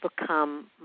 become